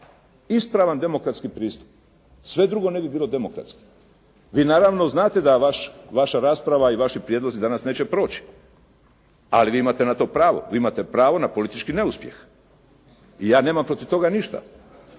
ispravan demokratski pristup. Sve drugo ne bi bilo demokratski. Vi naravno znate da vaša rasprava i vaši prijedlozi danas neće proći, ali vi imate na to pravo. Vi imate pravo na politički neuspjeh i ja nemam protiv toga ništa,